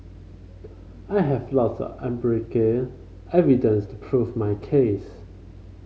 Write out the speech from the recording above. I have lots empirical evidence to prove my case